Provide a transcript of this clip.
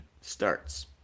starts